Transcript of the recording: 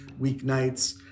weeknights